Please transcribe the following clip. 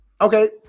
Okay